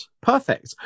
perfect